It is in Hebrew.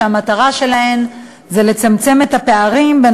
שהמטרה שלהן היא לצמצם את הפערים בין